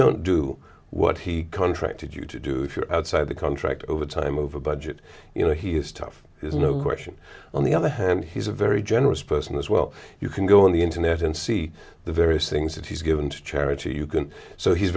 don't do what he contracted you to do if you're outside the contract over time over budget you know he is tough there's no question on the other hand he's a very generous person as well you can go on the internet and see the various things that he's given to charity you can so he's